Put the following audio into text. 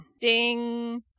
Ding